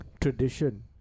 tradition